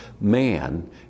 man